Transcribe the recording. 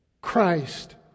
Christ